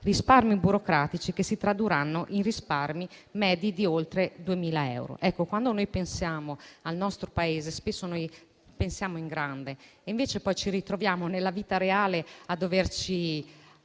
(risparmi burocratici che si tradurranno in risparmi medi di oltre 2.000 euro). Quando pensiamo al nostro Paese, spesso pensiamo in grande, ma poi ci ritroviamo nella vita reale ad aver